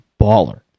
baller